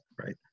Right